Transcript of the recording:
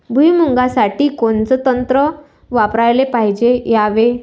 भुइमुगा साठी कोनचं तंत्र वापराले पायजे यावे?